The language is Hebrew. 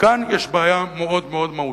וכאן יש בעיה מאוד מאוד מהותית.